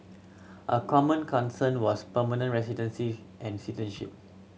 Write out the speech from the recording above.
a common concern was permanent residency and citizenship